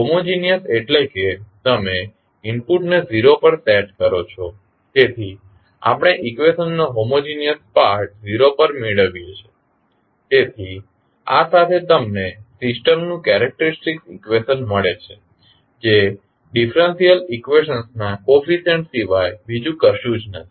homogeneous એટલે કે તમે ઇનપુટ ને 0 પર સેટ કરો છો તેથી આપણે ઇકવેશનનો હોમોજિનીયસ પાર્ટ 0 પર મેળવીએ છીએ તેથી આ સાથે તમને સિસ્ટમ નું કેરેક્ટેરીસ્ટીક ઇકવેશન મળે છે જે ડિફરેંશિયલ ઇકવેશનના કોફીસ્યંટસ સિવાય બીજું કશું જ નથી